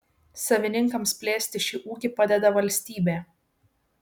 savininkams plėsti šį ūkį padeda valstybė